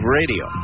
radio